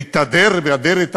אבל לבוא על דעה, על עמדה פוליטית,